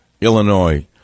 Illinois